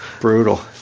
brutal